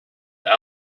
with